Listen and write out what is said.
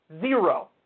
Zero